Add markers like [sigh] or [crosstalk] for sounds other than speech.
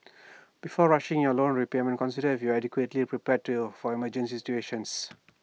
before rushing your loan repayment consider if you are adequately prepared to your [unintelligible] emergency situations